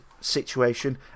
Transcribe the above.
situation